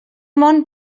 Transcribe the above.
món